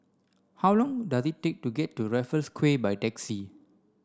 how long does it take to get to Raffles Quay by taxi